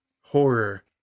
horror